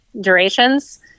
durations